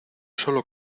sólo